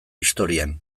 historian